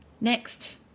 next